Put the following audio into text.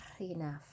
enough